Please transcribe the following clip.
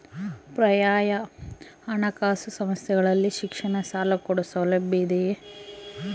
ಪರ್ಯಾಯ ಹಣಕಾಸು ಸಂಸ್ಥೆಗಳಲ್ಲಿ ಶಿಕ್ಷಣ ಸಾಲ ಕೊಡೋ ಸೌಲಭ್ಯ ಇದಿಯಾ?